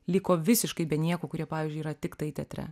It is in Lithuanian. liko visiškai be nieko kurie pavyzdžiui yra tiktai teatre